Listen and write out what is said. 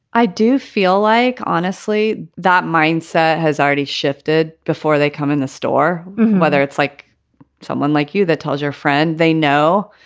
i do feel like honestly that mindset has already shifted before they come in the store. whether it's like someone like you that tells your friend they know,